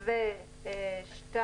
1(2)